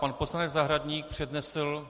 Pan poslanec Zahradník přednesl...